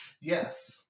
yes